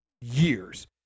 years